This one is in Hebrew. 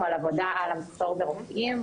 על עבודה על המחסור ברופאים,